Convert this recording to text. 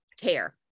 care